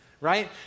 right